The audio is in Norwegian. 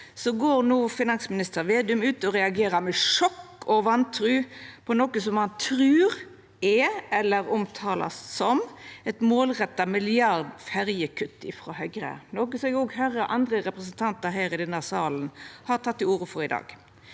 går no finansminister Vedum ut og reagerer med sjokk og vantru på noko som han trur er, eller omtalar som, eit målretta milliardferjekutt frå Høgre, noko som eg òg høyrer andre representantar her i denne salen har teke til orde for i dag.